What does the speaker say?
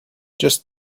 just